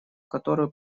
которую